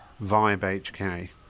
VibeHK